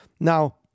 Now